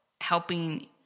helping